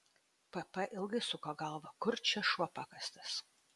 pp ilgai suko galvą kur čia šuo pakastas